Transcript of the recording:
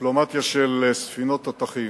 "דיפלומטיה של ספינות תותחים".